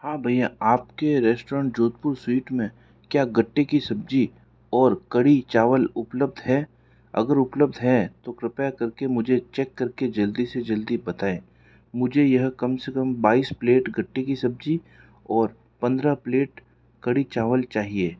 हाँ भैया आपके रेस्टोरेंट जोधपुर स्वीट में क्या गट्टे की सब्जी और कढ़ी चावल उपलब्ध है अगर उपलब्ध है तो कृपया करके मुझे चेक करके जल्दी से जल्दी बताएं मुझे यह काम से कम बाईस प्लेट गट्टे की सब्जी और पंद्रह प्लेट कढ़ी चावल चाहिए